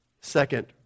Second